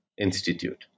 institute